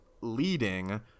leading